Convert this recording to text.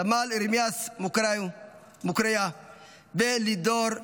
סמל ארמיאס מקוריאו ולידור מקייס.